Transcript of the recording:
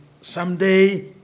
Someday